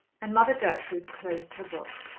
and mother gertrude closed her book.